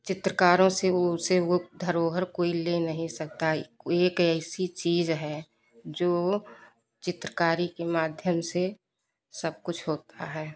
चित्रकारों से वह उसे वह धरोहर कोई ले नहीं सकता यह वह एक ऐसी चीज़ है जो चित्रकारी के माध्यम से सब कुछ होता है